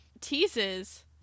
teases